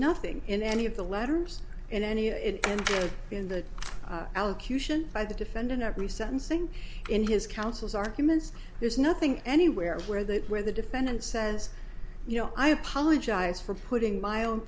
nothing in any of the letters in any of it and in the allocution by the defendant every sentencing in his counsel's arguments there's nothing anywhere where that where the defendant says you know i apologize for putting my own